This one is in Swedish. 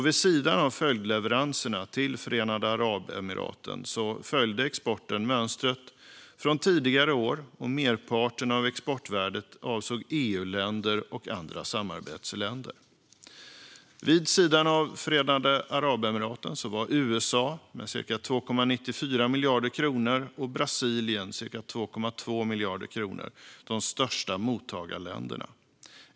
Vid sidan av följdleveranserna till Förenade Arabemiraten följde exporten mönstret från tidigare år, och merparten av exportvärdet avsåg EU-länder och andra samarbetsländer. Vid sidan av Förenade Arabemiraten var USA, med cirka 2,94 miljarder kronor, och Brasilien, med cirka 2,2 miljarder kronor, de största mottagarländerna.